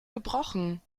gebrochen